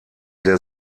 der